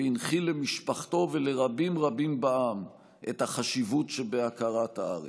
והנחיל למשפחתו ולרבים רבים בעם את החשיבות שבהכרת הארץ.